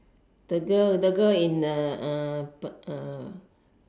the girl the girl in